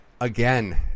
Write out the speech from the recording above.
again